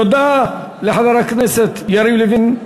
תודה לחבר הכנסת יריב לוין,